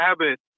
habit